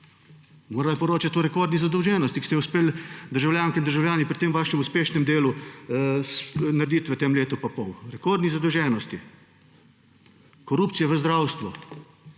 Morala je poročati o rekordni zadolženosti, ki ste uspeli državljankam in državljanom pri tem vašem uspešnem delu naredit v tem letu in pol, rekordni zadolženosti, korupciji v zdravstvu,